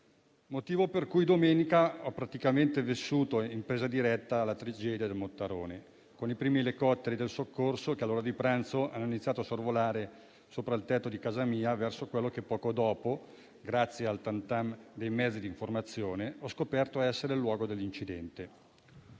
motivo per cui domenica ho praticamente vissuto in presa diretta la tragedia del Mottarone, con i primi elicotteri del soccorso che all'ora di pranzo hanno iniziato a sorvolare il tetto di casa mia verso quello che, poco dopo, grazie al *tam tam* dei mezzi di informazione, ho scoperto essere il luogo dell'incidente,